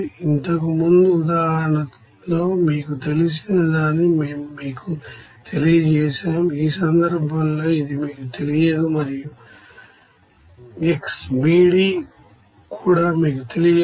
ఇంతకు ముందు ఉదాహరణలో మీకు తెలిసిన దానిని మేం మీకు తెలియజేశాం ఈ సందర్భంలో ఇది మీకు తెలియదు మరియుxBD కూడా మీకు తెలియదు